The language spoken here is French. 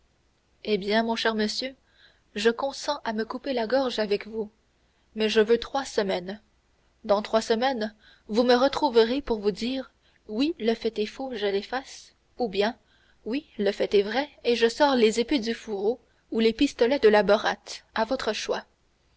eh bien mon cher monsieur je consens à me couper la gorge avec vous mais je veux trois semaines dans trois semaines vous me retrouverez pour vous dire oui le fait est faux je l'efface ou bien oui le fait est vrai et je sors les épées du fourreau ou les pistolets de la boîte à votre choix